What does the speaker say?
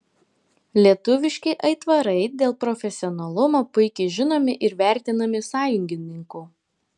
lietuviški aitvarai dėl profesionalumo puikiai žinomi ir vertinami sąjungininkų